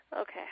Okay